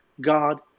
God